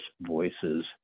voices